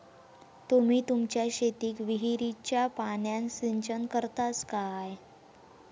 तुम्ही तुमच्या शेतीक विहिरीच्या पाण्यान सिंचन करतास काय?